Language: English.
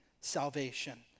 salvation